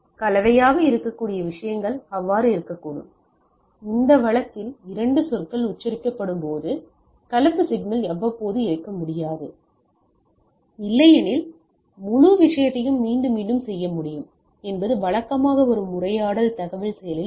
கலவையாக இருக்கக்கூடிய விஷயங்கள் அவ்வாறு இருக்கக்கூடும் இந்த வழக்கில் 2 சொற்கள் உச்சரிக்கப்படும்போது கலப்பு சிக்னல் அவ்வப்போது இருக்க முடியாது இல்லையெனில் முழு விஷயத்தையும் மீண்டும் மீண்டும் செய்ய முடியும் என்பது வழக்கமாக வரும் உரையாடல் தகவல் செயலில் உள்ளது